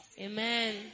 Amen